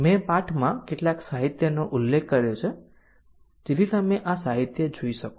મેં પાઠમાં કેટલાક સાહિત્યનો ઉલ્લેખ કર્યો છે જેથી તમે આ સાહિત્ય જોઈ શકો